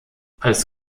als